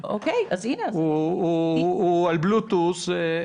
שהוא על בלוטוס.